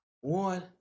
One